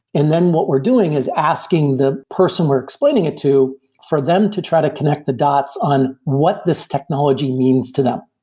and then what we're doing is asking the person we're explaining it to for them to try to connect the dots on what this technology means to them.